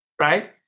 right